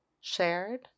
shared